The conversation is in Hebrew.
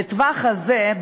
בטווח הזה,